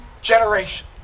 generation